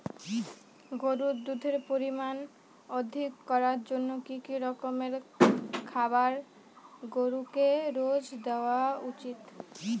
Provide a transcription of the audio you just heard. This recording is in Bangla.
গরুর দুধের পরিমান অধিক করার জন্য কি কি রকমের খাবার গরুকে রোজ দেওয়া উচিৎ?